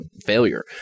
failure